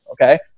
okay